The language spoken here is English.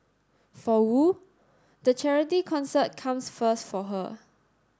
for Wu the charity concert comes first for her